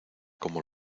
como